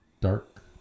dark